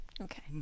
okay